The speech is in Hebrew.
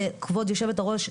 כבוד היושבת-ראש,